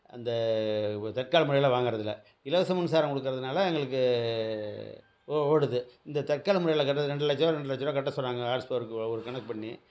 அந்த தட்கால் முறையில் வாங்குறதில்லை இலவச மின்சாரம் கொடுக்கறதுனால எங்களுக்கு ஓ ஓடுது இந்த தட்கால் முறையில் கட்டுறது ரெண்டு லட்சருபா ரெண்டு லட்சருபா கட்ட சொல்கிறாங்க ஆர்எஸ்போக்கு ஒரு கணக்கு பண்ணி